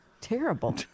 Terrible